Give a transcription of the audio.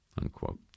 Unquote